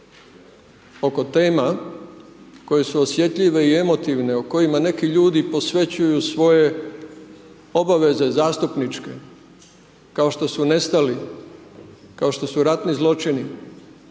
oko tema koje su osjetljive i emotivne, o kojima neki ljudi posvećuju svoje obaveze zastupničke, kao što su nestali, kao što su ratni zločini